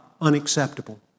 unacceptable